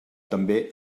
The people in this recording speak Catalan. també